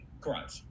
correct